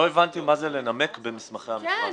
לא הבנתי מה זה לנמק במסמכי המכרז, תסביר.